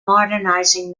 modernizing